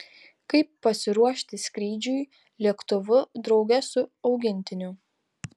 kaip pasiruošti skrydžiui lėktuvu drauge su augintiniu